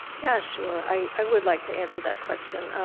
yeah, sure. i would like to answer that question.